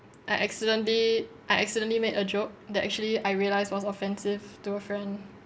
I accidentally I accidentally made a joke that actually I realised was offensive to a friend